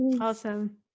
Awesome